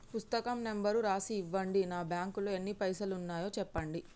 పుస్తకం నెంబరు రాసి ఇవ్వండి? నా బ్యాంకు లో ఎన్ని పైసలు ఉన్నాయో చెప్పండి?